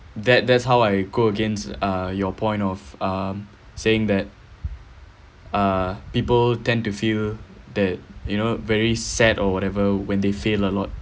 that that's how I go against uh your point of um saying that uh people tend to feel that you know very sad or whatever when they fail a lot